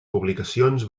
publicacions